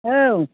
औ